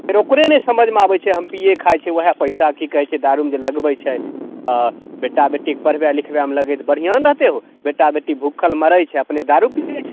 फेर ओकरे नहि समझमे आबै छै हम पियै खाइ छी ओहए पइसा कि कहै छै दारूमे जे लगबै छै तऽ बेटा बेटीके पढ़बैमे लगे तऽ बढ़िऑं ने होतै बेटा बेटी भूखल मरै छै अपने दारू पिबै छै